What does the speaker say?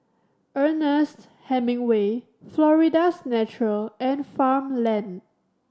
Ernest Hemingway Florida's Natural and Farmland